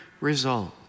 result